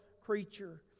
creature